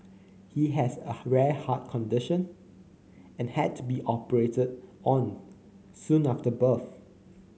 he has a rare heart condition and had to be operated on soon after birth